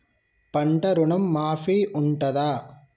పంట ఋణం మాఫీ ఉంటదా?